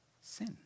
sin